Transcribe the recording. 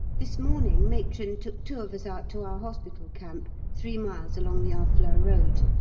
this morning matron took two of us out to our hospital camp, three miles along the harfleur road.